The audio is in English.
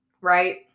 right